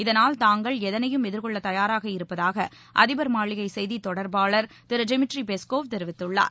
இதனால் தாங்கள் எதனையும் எதிர்கொள்ள தயாராக இருப்பதாக அதிபர் மாளிகை செய்தி தொடர்பாளர் திரு டிமிட்ரி பெஸ்கோவ் தெரிவித்துள்ளார்